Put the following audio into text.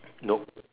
nope